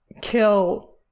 kill